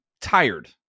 tired